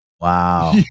Wow